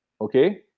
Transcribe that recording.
okay